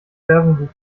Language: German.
werbung